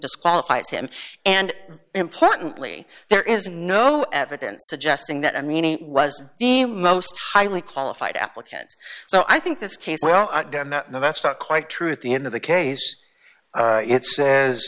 disqualifies him and importantly there is no evidence suggesting that i mean he was the most highly qualified applicants so i think this case well that's not quite true at the end of the case it says